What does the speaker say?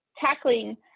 tackling